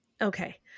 okay